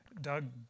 Doug